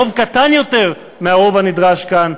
רוב קטן יותר מהרוב הנדרש כאן,